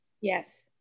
Yes